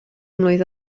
mlwydd